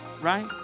right